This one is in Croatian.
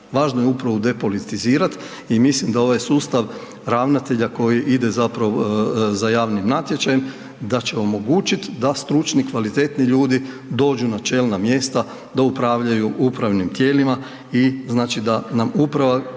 važno je upravo depolitizirati i mislim da ovaj sustav ravnatelja koji ide zapravo za javnim natječajem, da će omogućiti da stručni i kvalitetni ljudi dođu na čelna mjesta da upravljaju upravnim tijelima i znači da nam uprava,